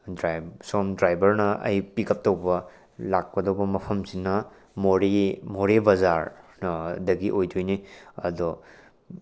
ꯁꯣꯝ ꯗ꯭ꯔꯥꯏꯚꯔꯅ ꯑꯩ ꯄꯤꯛ ꯑꯞ ꯇꯧꯕ ꯂꯥꯛꯀꯗꯧꯕ ꯃꯐꯝꯁꯤꯅ ꯃꯣꯔꯦ ꯃꯣꯔꯦ ꯕꯖꯥꯔꯗꯒꯤ ꯑꯣꯏꯗꯣꯏꯅꯤ ꯑꯗꯣ